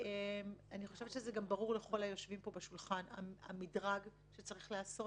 אני חושבת שגם ברור לכל היושבים פה סביב השולחן המדרג שצריך לעשות,